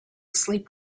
sleep